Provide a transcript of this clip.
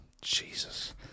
Jesus